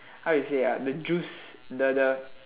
how to say ah the juice the the